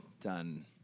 done